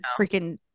freaking